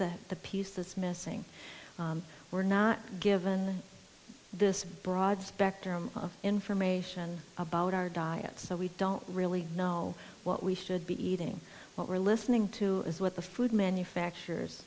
the the piece that's missing we're not given this broad spectrum of information about our diet so we don't really know what we should be eating what we're listening to is what the food manufacturers